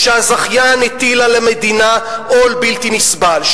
שהזכיין הטיל על המדינה עול בלתי נסבל,